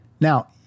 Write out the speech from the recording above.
Now